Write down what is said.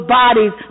bodies